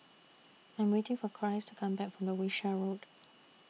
I Am waiting For Christ to Come Back from Wishart Road